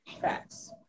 Facts